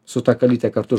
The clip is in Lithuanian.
su ta kalyte kartu